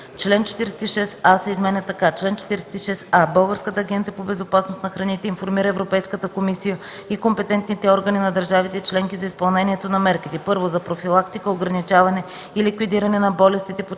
Член 46а се изменя така: „Чл. 46а. Българската агенция по безопасност на храните информира Европейската комисия и компетентните органи на държавите членки за изпълнението на мерките: 1. за профилактика, ограничаване и ликвидиране на болестите